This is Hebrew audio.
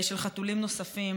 חתולים נוספים